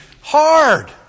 hard